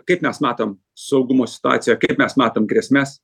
kaip mes matom saugumo situaciją kaip mes matom grėsmes